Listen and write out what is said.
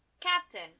Captain